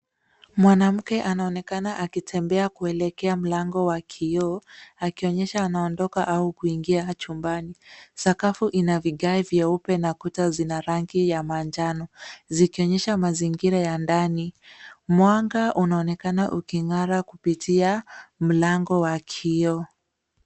Mwanamke anaonekana akitembea kuelekea mlango wa kioo akionyesha anaondoka au kuingia chumbani. Sakafu ina vigae vyeupe na kuta zina rangi ya manjano zikionyesha mazingira ya ndani. Mwanga unaonekana uking'ara kupitia mlango wa kioo.